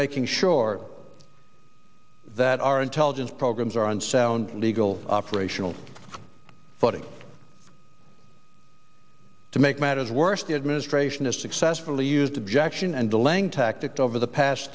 making sure that our intelligence programs are on sound legal operational footing to make matters worse the administration has successfully used to be action and delaying tactic over the past